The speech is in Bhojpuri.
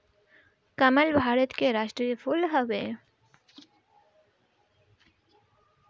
कमल भारत के राष्ट्रीय फूल हवे